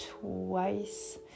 twice